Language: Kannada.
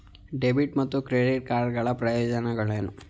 ಡೆಬಿಟ್ ಮತ್ತು ಕ್ರೆಡಿಟ್ ಕಾರ್ಡ್ ಗಳ ಪ್ರಯೋಜನಗಳೇನು?